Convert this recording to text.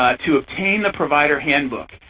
ah to obtain the provider handbook.